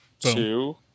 Two